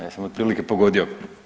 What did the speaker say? Jesam otprilike pogodio?